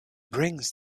brings